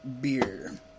beer